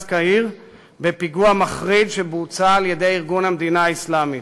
קהיר בפיגוע מחריד שבוצע על-ידי ארגון "המדינה האסלאמית".